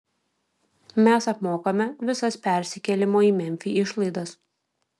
mes apmokame visas persikėlimo į memfį išlaidas